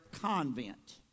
convent